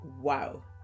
Wow